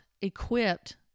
equipped